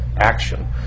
action